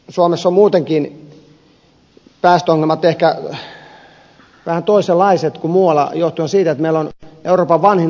suomessa ovat muutenkin päästöongelmat ehkä vähän toisenlaiset kuin muualla johtuen siitä että meillä on euroopan vanhin autokanta